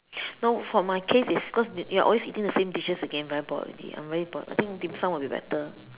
no for my case is because we we are always eating the same dishes again very bored already I'm very bored I think dim-sum will be better